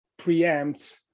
preempts